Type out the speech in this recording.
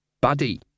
Buddy